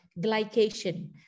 glycation